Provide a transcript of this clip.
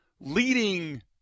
leading